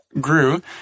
grew